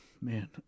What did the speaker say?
Man